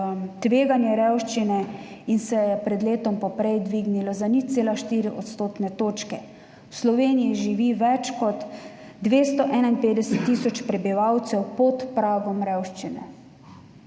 tveganje revščine in se je v primerjavi z letom poprej dvignilo za 0,4 odstotne točke. V Sloveniji živi več kot 251 tisoč prebivalcev pod pragom revščine.